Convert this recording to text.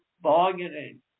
bargaining